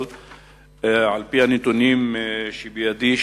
אבל על-פי הנתונים שבידי,